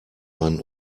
man